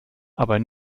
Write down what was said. aber